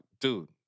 dude